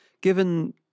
Given